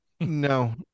No